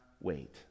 wait